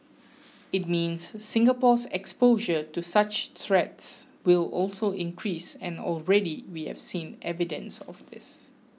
it means Singapore's exposure to such threats will also increase and already we have seen evidence of this